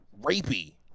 rapey